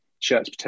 shirts